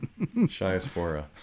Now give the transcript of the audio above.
Shiaspora